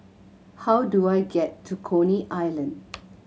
how do I get to Coney Island